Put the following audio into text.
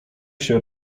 się